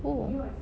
who